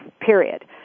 period